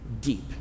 deep